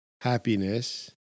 happiness